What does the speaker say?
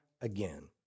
again